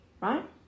right